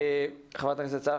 חבר הכנסת סמי